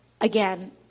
again